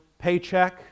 paycheck